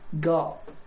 got